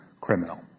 criminal